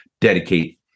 dedicate